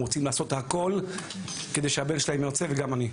רוצים לעשות הכל על מנת שהבן שלהם יימצא וגם אני.